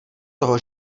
toho